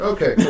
Okay